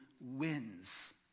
wins